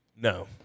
No